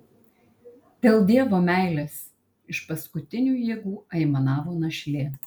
dėl dievo meilės iš paskutinių jėgų aimanavo našlė